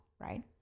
right